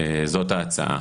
זאת ההצעה.